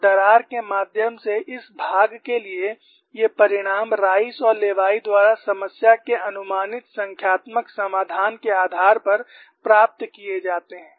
और दरार के माध्यम से इस भाग के लिए ये परिणाम राइस और लेवी द्वारा समस्या के अनुमानित संख्यात्मक समाधान के आधार पर प्राप्त किए जाते हैं